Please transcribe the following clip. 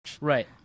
right